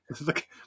Look